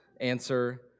answer